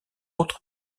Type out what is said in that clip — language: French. autres